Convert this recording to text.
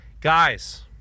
Guys